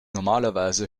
normalerweise